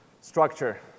structure